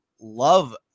love